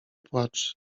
płacz